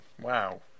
Wow